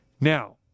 Now